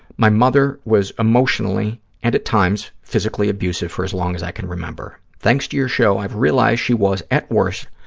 my mother was emotionally and, at times, physically abusive for as long as i can remember. thanks to your show, i've realized she was, at worst,